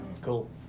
cool